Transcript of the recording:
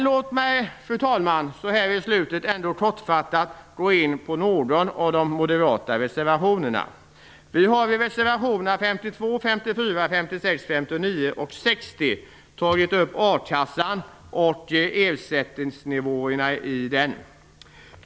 Låt mig, fru talman, ändå kortfattat gå in på någon av de moderata reservationerna. Vi har i reservationerna 52, 54, 56, 59 och 60 tagit upp a-kassan och ersättningsnivåerna i den.